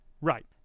Right